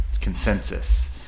consensus